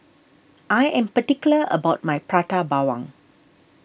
I am particular about my Prata Bawang